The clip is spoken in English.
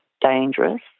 dangerous